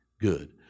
good